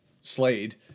Slade